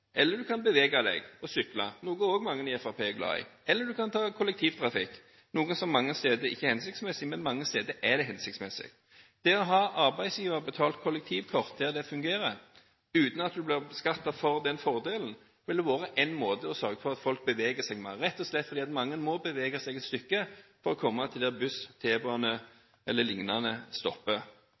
eller du kan bevege deg og sykle, noe som også mange i Fremskrittspartiet er glad i, eller du kan ta kollektivtransport, noe som mange steder ikke er hensiktsmessig, men mange steder er det hensiktsmessig. Der det fungerer, kan arbeidsgiver betale kollektivkort uten at en blir beskattet for den fordelen – det ville vært en måte å sørge for at folk beveger seg mer, rett og slett fordi mange må bevege seg et stykke for å komme dit buss, t-bane e.l. stopper.